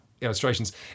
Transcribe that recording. illustrations